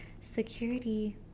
security